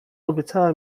obiecała